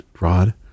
Rod